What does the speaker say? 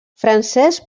francesc